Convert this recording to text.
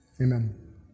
Amen